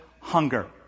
hunger